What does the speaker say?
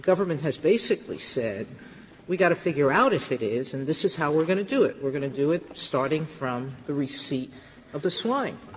government has basically said we have got to figure out if it is and this is how we are going to do it we are going to do it starting from the receipt of the swine